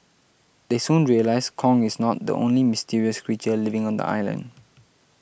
they soon realise Kong is not the only mysterious creature living on the island